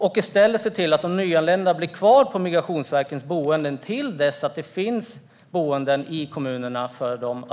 I stället kunde man se till att de nyanlända blir kvar på Migrationsverkets boenden till dess det finns boenden åt dem i kommunerna.